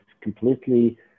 Completely